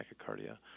tachycardia